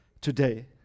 today